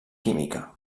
química